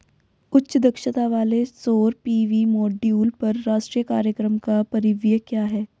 उच्च दक्षता वाले सौर पी.वी मॉड्यूल पर राष्ट्रीय कार्यक्रम का परिव्यय क्या है?